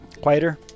quieter